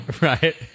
Right